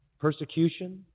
persecution